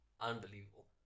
Unbelievable